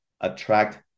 attract